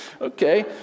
okay